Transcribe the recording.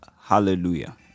Hallelujah